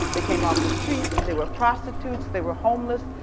they came off the streets, they were prostitutes, they were homeless.